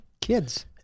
Kids